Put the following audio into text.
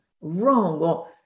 wrong